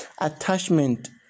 Attachment